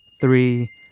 three